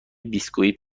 بسکویت